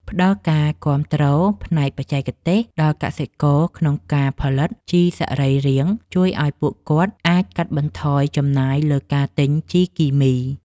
ផ្ដល់ការគាំទ្រផ្នែកបច្ចេកទេសដល់កសិករក្នុងការផលិតជីសរីរាង្គជួយឱ្យពួកគាត់អាចកាត់បន្ថយចំណាយលើការទិញជីគីមី។